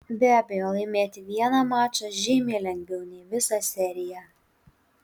be abejo laimėti vieną mačą žymiai lengviau nei visą seriją